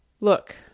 Look